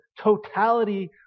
totality